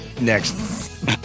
Next